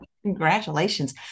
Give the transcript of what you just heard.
Congratulations